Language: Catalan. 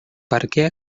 perquè